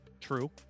true